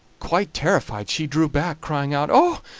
quite terrified, she drew back, crying out oh!